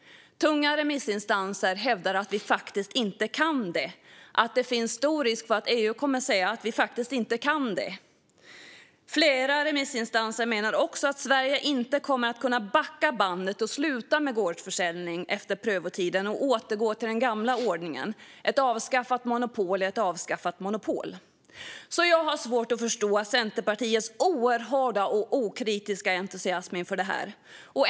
Tunga remissinstanser hävdar att vi faktiskt inte kan det - att det finns stor risk för att EU kommer att säga att vi faktiskt inte kan det. Flera remissinstanser menar också att Sverige inte kommer att kunna backa bandet och sluta med gårdsförsäljning efter prövotiden och återgå till den gamla ordningen. Ett avskaffat monopol är ett avskaffat monopol. Jag har svårt att förstå Centerpartiets oerhörda och okritiska entusiasm inför detta.